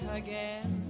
again